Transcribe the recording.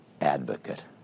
advocate